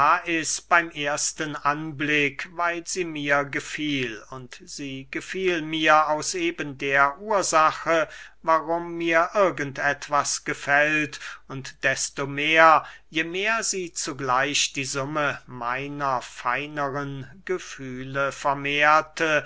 lais beym ersten anblick weil sie mir gefiel und sie gefiel mir aus eben der ursache warum mir irgend etwas gefällt und desto mehr je mehr sie zugleich die summe meiner feineren gefühle vermehrte